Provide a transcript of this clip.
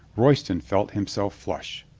royston felt himself flush.